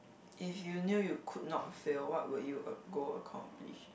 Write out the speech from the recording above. if you knew you could not fail what would you go accomplish